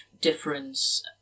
difference